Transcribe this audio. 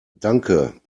danke